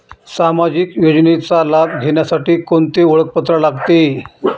सामाजिक योजनेचा लाभ घेण्यासाठी कोणते ओळखपत्र लागते?